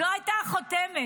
זאת הייתה החותמת.